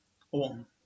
hold on